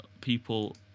people